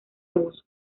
abuso